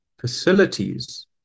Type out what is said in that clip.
facilities